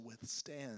withstand